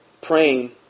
praying